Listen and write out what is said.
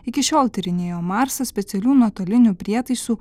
iki šiol tyrinėjo marsą specialių nuotolinių prietaisų